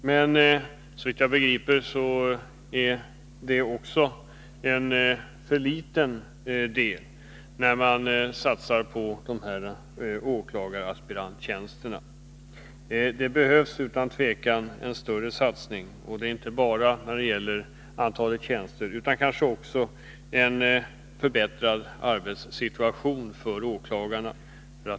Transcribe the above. Men såvitt jag begriper är det också en för liten del, när man satsar på åklagaraspiranttjänsterna. Det behövs utan tvivel en större satsning, inte bara när det gäller antalet tjänster utan också för en förbättrad arbetssituation för åklagarna.